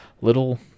Little